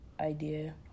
idea